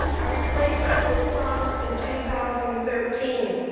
a replacement was promised in two thousand and thirteen.